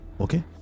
Okay